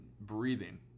breathing